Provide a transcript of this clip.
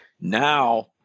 now